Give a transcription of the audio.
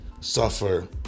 suffer